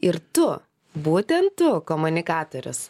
ir tu būtent tu komunikatorius